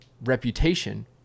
reputation